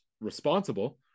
responsible